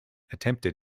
attempted